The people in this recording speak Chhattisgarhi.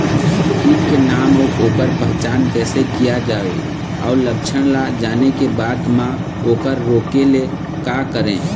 कीट के नाम अउ ओकर पहचान कैसे किया जावे अउ लक्षण ला जाने के बाद मा ओकर रोके ले का करें?